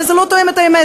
אבל זה לא תואם את האמת.